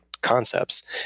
concepts